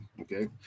Okay